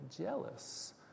jealous